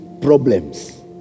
problems